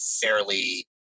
fairly